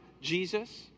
Jesus